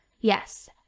Yes